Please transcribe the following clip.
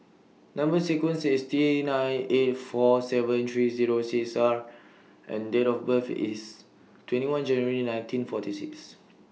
Number sequence IS T nine eight four seven three Zero six R and Date of birth IS twenty one January nineteen forty six